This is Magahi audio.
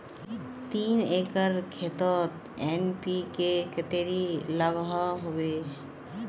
तीन एकर खेतोत एन.पी.के कतेरी लागोहो होबे?